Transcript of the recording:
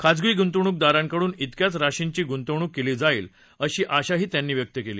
खासगी गुंतवणूकदारांकडून विक्याच राशींची गुंतवणूक केली जाईल अशी अशाही त्यांनी व्यक्त केली